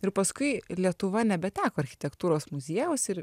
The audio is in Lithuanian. ir paskui lietuva nebeteko architektūros muziejaus ir